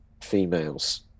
females